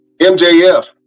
MJF